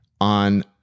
on